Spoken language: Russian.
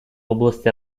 области